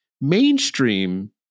mainstream